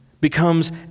becomes